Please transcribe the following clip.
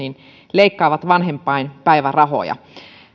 leikkaavat vanhempainpäivärahoja